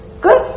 good